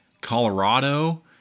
Colorado